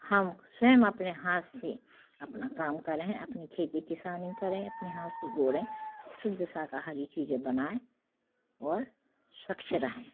हम स्वयं अपने हाथ से अपना काम कर रहे हैं अपनी खेती किसानी कर रहे हैं अपने हाथ से गोरे शुद्ध शाकाहारी चीज़ें बनायें और स्वच्छ रहें